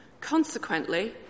Consequently